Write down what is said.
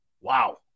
Wow